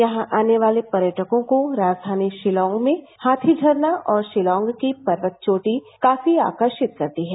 यहां आने वाले पर्यटकों को राजधानी शिलांग में हाथी झरना और शिलांग की पर्कत चोटी काफी आकर्षित करती है